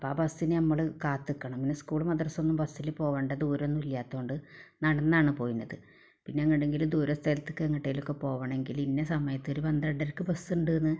അപ്പം ആ ബസിന് നമ്മൾ കാത്ത് നിൽക്കണം സ്കൂളും മദ്രസയിൽ നിന്നും ബസ്സില് പോകേണ്ട ദൂരമൊന്നും ഇല്ലാത്തത് കൊണ്ട് നടന്നാണ് പോയിരുന്നത് പിന്നെ എന്നുണ്ടെങ്കിൽ ദൂരെ സ്ഥലത്തൊക്കെ എങ്ങോട്ടെങ്കിലുമൊക്കെ പോകണമെങ്കിൽ ഇന്ന സമയത്ത് ഒര് പന്ത്രണ്ടരക്ക് ബസ്സുടെന്ന്